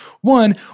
One